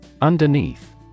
UNDERNEATH